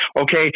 okay